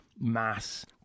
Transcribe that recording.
mass